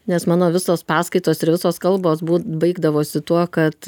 nes mano visos paskaitos ir visos kalbos bu baigdavosi tuo kad